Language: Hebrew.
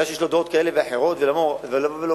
מכיוון שיש לו דעות כאלה ואחרות, ולבוא ולומר: